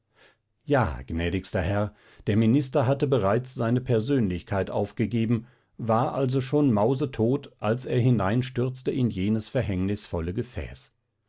ja gnädigster herr der minister hatte bereits seine persönlichkeit aufgegeben war also schon mausetot als er hineinstürzte in jenes verhängnisvolle gefäß